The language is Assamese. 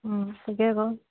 তাকে আকৌ